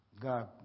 God